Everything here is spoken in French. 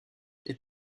est